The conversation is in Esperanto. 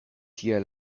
tie